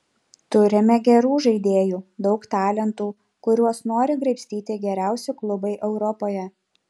turime gerų žaidėjų daug talentų kuriuos nori graibstyti geriausi klubai europoje